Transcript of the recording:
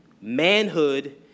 Manhood